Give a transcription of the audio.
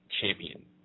champion